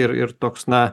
ir ir toks na